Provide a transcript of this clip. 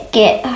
get